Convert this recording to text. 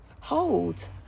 hold